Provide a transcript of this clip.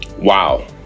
Wow